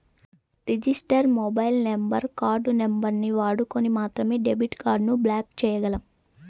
register mobile number, card నంబరుని వాడుకొని మాత్రమే డెబిట్ కార్డుని బ్లాక్ చేయ్యగలం